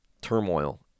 turmoil